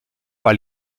par